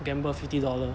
gamble fifty dollar